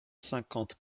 cinquante